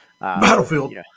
Battlefield